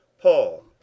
Paul